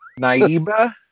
Naiba